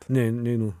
ne neinu